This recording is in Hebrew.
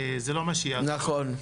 זה לא מה שיעזור -- נכון.